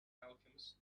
alchemist